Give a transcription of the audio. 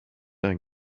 ein